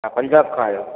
तव्हां पंजाब खां आयो